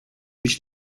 być